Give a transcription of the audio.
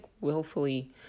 willfully